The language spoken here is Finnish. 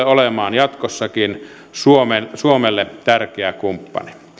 olemaan jatkossakin suomelle tärkeä kumppani